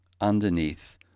underneath